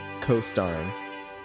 Co-starring